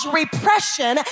repression